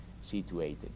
situated